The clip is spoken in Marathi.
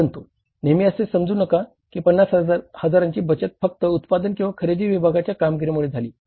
परंतु नेहमी असे समजू नका की 50 हजारांची बचत फक्त उत्पादन किंवा खरेदी विभागाच्या कामगिरीमुळे झाली